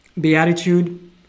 beatitude